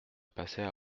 passer